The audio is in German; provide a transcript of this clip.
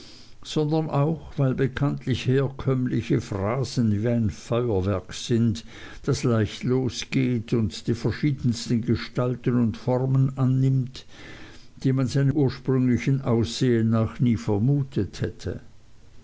sondern auch weil bekanntlich herkömmliche phrasen wie ein feuerwerk sind das leicht losgeht und die verschiedensten gestalten und formen annimmt die man seinem ursprünglichen aussehen nach nie vermutet hätte